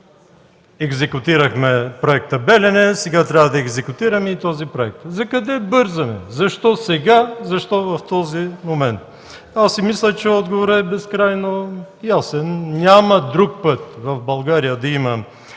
екзекутирахме Проекта „Белене”, сега трябва да екзекутираме и този проект. За къде бързаме? Защо сега? Защо в този момент? Аз си мисля, че отговорът е безкрайно ясен. Няма друг път в България да има